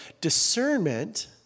Discernment